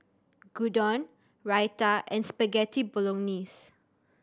Gyudon Raita and Spaghetti Bolognese